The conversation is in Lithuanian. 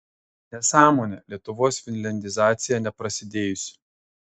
nesąmonė lietuvos finliandizacija neprasidėjusi